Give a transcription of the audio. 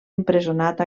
empresonat